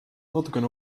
natukene